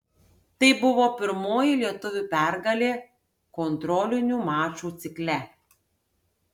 tai buvo pirmoji lietuvių pergalė kontrolinių mačų cikle